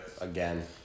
again